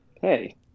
Hey